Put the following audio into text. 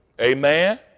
Amen